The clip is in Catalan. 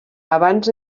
abans